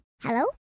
Hello